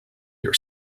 your